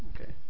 okay